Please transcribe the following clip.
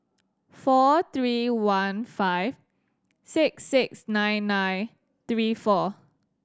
four three one five six six nine nine three four